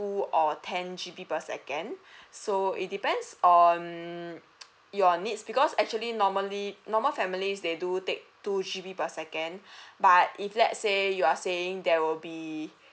two or ten G_B per second so it depends um your needs because actually normally normal families they do take two G_B per second but if let's say you are saying there will be